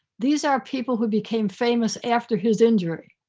these are people who became famous after his injury.